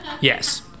Yes